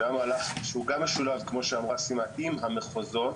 שהיה מהלך שהוא גם משולב כמו שאמרה סימה עם המחוזות,